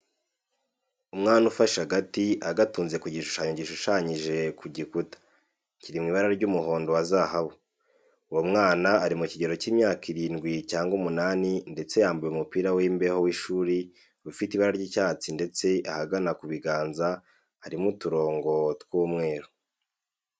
Umwana ufashe agati agatunze ku gishushanyo gishushanyije ku gikuta, kiri mu ibara ry'umuhondo wa zahabu. Uwo mwana ari mu kigero cy'imyaka irindwi cyangwa umunani ndetse yambaye umupira w'imbeho w'ishuri ufite ibara ry'icyatsi ndetse ahagana ku biganza harimo uturongo tw'umweru.